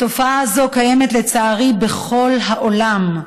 התופעה הזו קיימת לצערי בכל העולם,